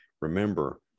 remember